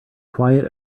quiet